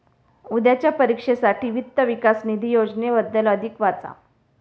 उद्याच्या परीक्षेसाठी वित्त विकास निधी योजनेबद्दल अधिक वाचा